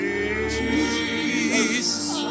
Jesus